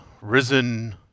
risen